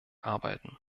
arbeiten